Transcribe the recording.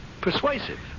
persuasive